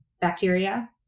bacteria